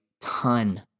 ton